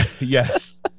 Yes